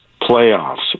playoffs